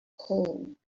cold